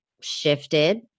shifted